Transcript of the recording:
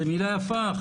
זה מילה יפה.